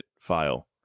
file